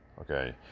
Okay